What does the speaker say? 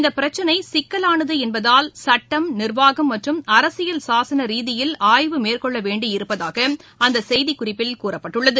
இந்தபிரச்சினைசிக்கலானதுஎன்பதால் சட்டம் நிர்வாகம் மற்றும் அரசியல் சாசனரீதியில் ஆய்வு மேற்கொள்ளவேண்டியிருப்பதாகஅந்தசெய்திக்குறிப்பில் கூறப்பட்டுள்ளது